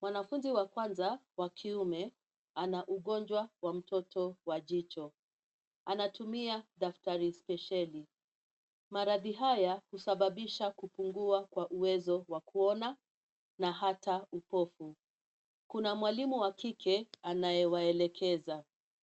Mwanafunzi wa kwanza wa kiume, ana ugonjwa wa mtoto wa jicho, anatumia daftari spesheli. Maradhi haya husababisha kupungua kwa uwezo wa kuona, na hata upofu. Kuna mwalimu wa kike anayewaelekeza.